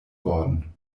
worden